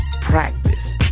practice